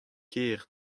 kaer